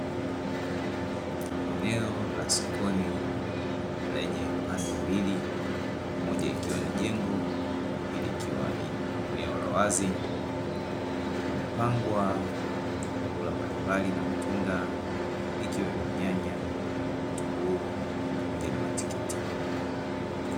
Eneo la sokoni lenye pande mbili moja ikiwa ni jengo na ya pili ikiwa ni ya wazi, pamepangwa vyakula mbalimbali na matunda ikiwemo nyanya, vitunguu pamoja na matikiti.